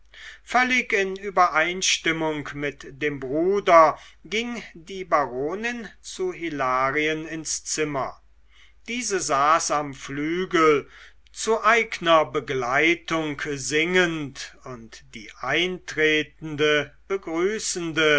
völlig in übereinstimmung mit dem bruder ging die baronin zu hilarien ins zimmer diese saß am flügel zu eigner begleitung singend und die eintretende begrüßende